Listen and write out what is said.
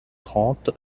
trente